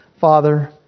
Father